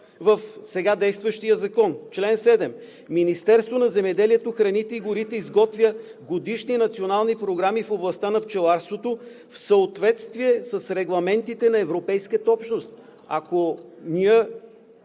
в сега действащия закон: „Чл. 7. Министерството на земеделието, храните и горите изготвя годишни национални програми в областта на пчеларството в съответствие с регламентите на Европейската общност.“ Ако Вие